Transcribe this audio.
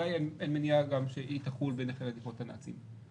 בוודאי אין מניעה שהיא תחול בנכי רדיפות הנאצים.